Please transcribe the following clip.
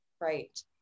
Right